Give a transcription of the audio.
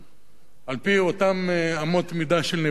על-פי אותן אמות מידה של נביאי ישראל,